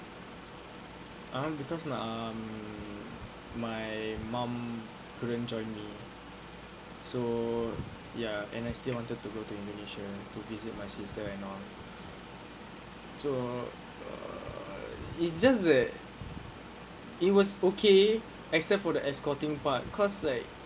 um because um my mum couldn't join me so ya and I still wanted to go to indonesia to visit my sister and all so err it's just that it was okay except for the escorting part cause like